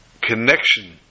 connection